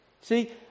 See